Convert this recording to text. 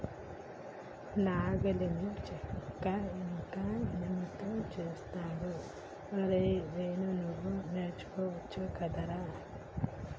నాగలిని చెక్క ఇంక ఇనుముతో చేస్తరు అరేయ్ వేణు నువ్వు నేర్చుకోవచ్చు గదరా